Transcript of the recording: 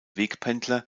wegpendler